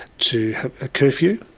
to have a curfew.